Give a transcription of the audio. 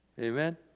Amen